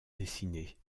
dessinées